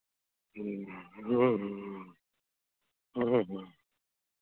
ह्म्म ह्म्म ह्म्म ह्म्म ह्म्म